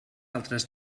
altres